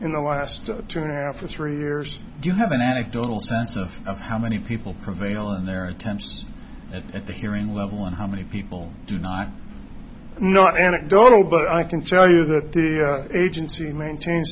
in the last two and a half or three years do you have an anecdotal sense of how many people prevailing their attention at the hearing level and how many people do not know anecdotal but i can tell you that the agency maintain